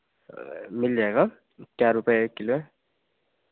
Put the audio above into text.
मिल जाएगा क्या रुपये है किलो